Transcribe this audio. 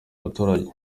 baturage